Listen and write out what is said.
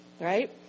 right